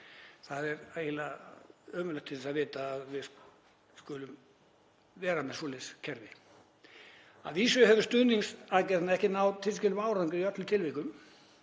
það er eiginlega ömurlegt til þess að vita að við skulum vera með svoleiðis kerfi. Að vísu hafa stuðningsaðgerðirnar ekki náð tilskildum árangri í öllum tilvikum.